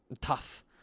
tough